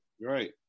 right